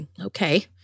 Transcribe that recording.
okay